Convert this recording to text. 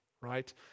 right